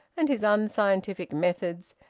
and his unscientific methods,